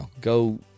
go –